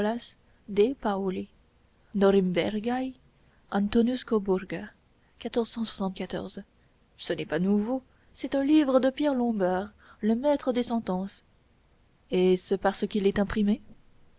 pauli norimbergæ antonius koburger ce n'est pas nouveau c'est un livre de pierre lombard le maître des sentences est-ce parce qu'il est imprimé